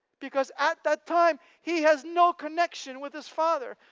because at that time, he has no connection with his father,